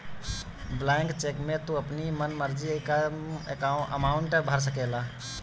blank cheque में तू अपनी मन मर्जी कअ अमाउंट भर सकेला